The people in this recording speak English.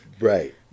right